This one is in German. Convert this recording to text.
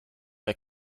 der